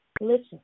Listen